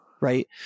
right